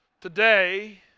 today